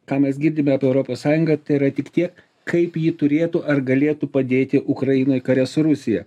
ką mes girdime apie europos sąjungą tai yra tik tiek kaip ji turėtų ar galėtų padėti ukrainai kare su rusija